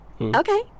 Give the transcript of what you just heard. Okay